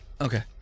Okay